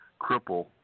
cripple